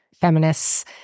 feminists